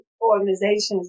organizations